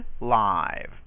live